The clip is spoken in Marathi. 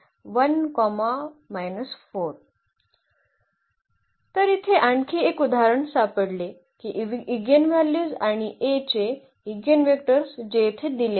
तर इथे आणखी एक उदाहरण सापडले की एगेनव्हल्यूज आणि A चे एगेनवेक्टर्स जे येथे दिले आहेत